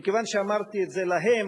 מכיוון שאמרתי את זה להם,